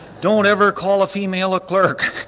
don't ever call a female a clerk,